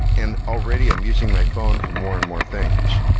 and already i'm using my phone for more and more things.